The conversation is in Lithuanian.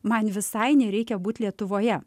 man visai nereikia būt lietuvoje